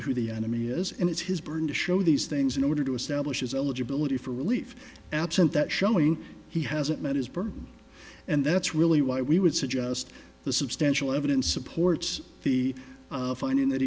know who the enemy is and it's his burden to show these things in order to establish his eligibility for relief absent that showing he hasn't met his birth and that's really why we would suggest the substantial evidence supports the finding that